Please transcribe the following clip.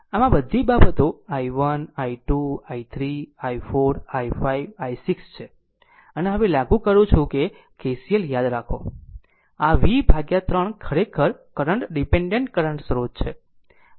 આમ આ બધી બાબતો i1 i 2 i3 i4 i5 i6 છે અને હવે લાગુ કરું છું KCL યાદ રાખો આ v 3 ખરેખર કરંટ ડીપેન્ડેન્ટ કરંટ સ્રોત છે